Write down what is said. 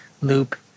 loop